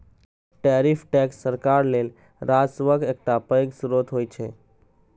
tariff tax सरकार लेल राजस्वक एकटा पैघ स्रोत होइ छै